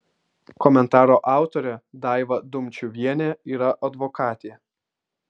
komentaro autorė daiva dumčiuvienė yra advokatė